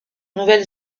nouvelle